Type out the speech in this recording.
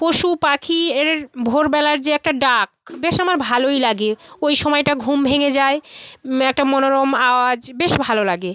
পশু পাখিয়ের ভোরবেলার যে একটা ডাক বেশ আমার ভালোই লাগে ওই সময়টা ঘুম ভেঙে যায় একটা মনোরম আওয়াজ বেশ ভালো লাগে